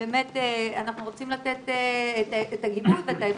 אנחנו רוצים לתת את הגיבוי ואת האפשרות.